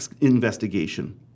investigation